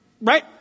right